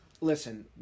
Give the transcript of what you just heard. Listen